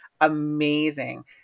amazing